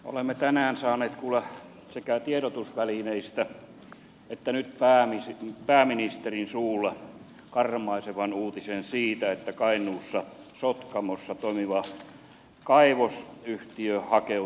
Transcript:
olemme tänään saaneet kuulla sekä tiedotusvälineistä että nyt pääministerin suulla karmaisevan uutisen siitä että kainuussa sotkamossa toimiva kaivosyhtiö hakeutuu konkurssiin